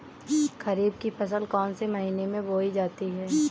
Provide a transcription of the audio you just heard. खरीफ की फसल कौन से महीने में बोई जाती है?